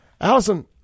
Allison